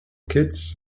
kids